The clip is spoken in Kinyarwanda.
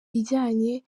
ijyanye